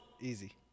easy